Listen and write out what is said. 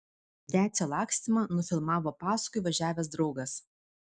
decio lakstymą nufilmavo paskui važiavęs draugas